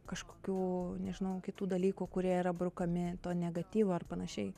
kažkokių nežinau kitų dalykų kurie yra brukami to negatyvo ar panašiai